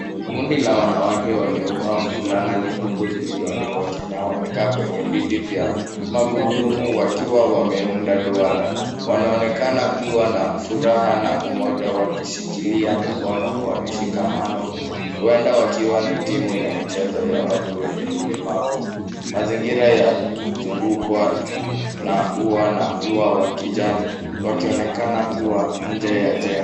Kundi la wanawake waliovaa fulana nyekundu zilizoandikwa Kenya wamekaa kwenye viti vya magurudumu wakiwa wameunda duara. Wanaonekana kuwa na furaha na umoja wakishikilia mikono kwa mshikamano, huenda wakawa ni timu ya michezo ya watu wenye ulemavu. Mazingira yazungukwa na ua wa kijani wakionekana kuwa nje ya jengo.